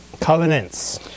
Covenants